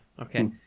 okay